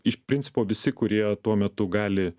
iš principo visi kurie tuo metu gali